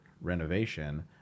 renovation